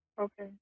okay